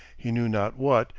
he knew not what,